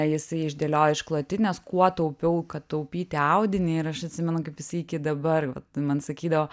jisai išdėliojo išklotines kuo taupiau kad taupyti audinį ir aš atsimenu kaip jisai iki dabar vat man sakydavo